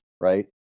Right